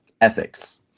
ethics